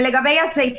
זה צעד מתון, והוא מונע